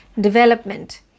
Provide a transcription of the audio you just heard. development